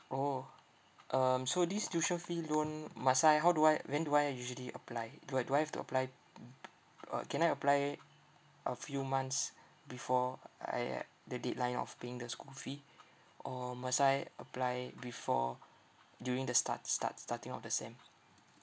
orh um so this tuition fee loan must I how do I when do I usually apply do I do I have to apply mm uh can I apply a few months before uh ya the deadline of paying the school fee or must I apply before during the start start starting of the sem